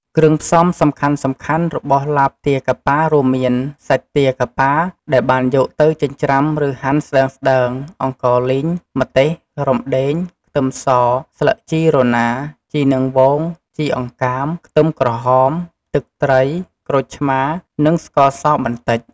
គ្រឿងផ្សំសំខាន់ៗរបស់ឡាបទាកាប៉ារួមមាន សាច់ទាកាប៉ា ដែលបានយកទៅ ចិញ្ច្រាំ ឬហាន់ស្ដើងៗ អង្ករលីង ម្ទេស រំដេង ខ្ទឹមស ស្លឹកជីរណា ជីនាងវង ជីអង្កាម ខ្ទឹមក្រហម ទឹកត្រី ក្រូចឆ្មារ និងស្ករសបន្តិច។